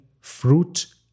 fruit